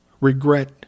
Regret